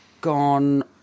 gone